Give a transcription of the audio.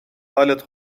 حالت